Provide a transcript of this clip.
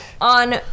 on